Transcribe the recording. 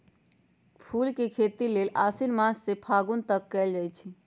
फूल के खेती लेल आशिन मास से फागुन तक कएल जाइ छइ